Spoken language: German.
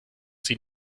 sie